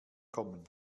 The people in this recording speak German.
kommen